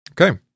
Okay